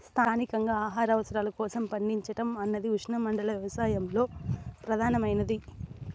స్థానికంగా ఆహార అవసరాల కోసం పండించడం అన్నది ఉష్ణమండల వ్యవసాయంలో ప్రధానమైనది